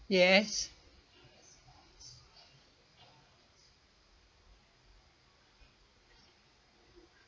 yes